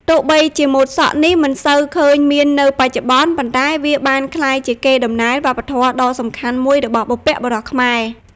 ទោះបីជាម៉ូតសក់នេះមិនសូវឃើញមាននៅបច្ចុប្បន្ន ប៉ុន្តែវាបានក្លាយជាកេរដំណែលវប្បធម៌ដ៏សំខាន់មួយរបស់បុព្វបុរសខ្មែរ។